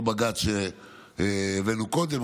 אותו בג"ץ שהבאנו קודם,